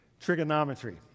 trigonometry